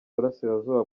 burasirazuba